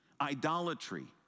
Idolatry